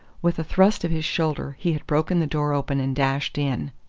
with a thrust of his shoulder he had broken the door open and dashed in.